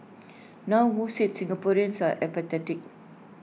now who said Singaporeans are apathetic